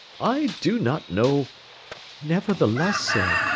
i do not know nevertheless, sir,